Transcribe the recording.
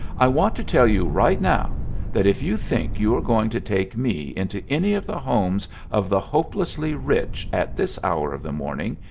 i want to tell you right now that if you think you are going to take me into any of the homes of the hopelessly rich at this hour of the morning,